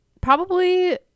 Probably-